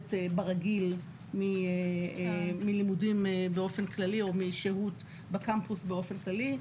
מופרדת ברגיל מלימודים באופן כללי או משהות בקמפוס באופן כללי,